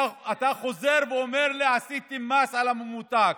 אתה חוזר ואומר לי: עשיתם מס על הממותק,